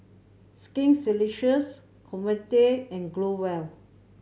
Skin Ceuticals Convatec and Growell